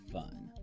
fun